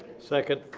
second.